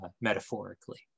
metaphorically